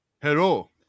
Hello